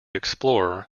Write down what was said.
explorer